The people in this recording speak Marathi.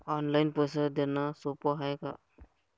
ऑनलाईन पैसे देण सोप हाय का?